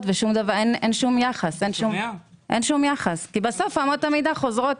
ואין שום יחס כי אמות המידה חוזרות